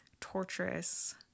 torturous